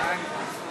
אבקש לשבת.